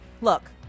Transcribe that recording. look